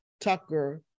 Tucker